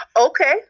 Okay